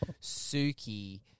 Suki